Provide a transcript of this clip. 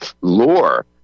lore